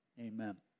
amen